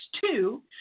Two